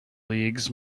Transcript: leagues